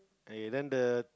eh then the